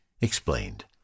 explained